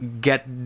get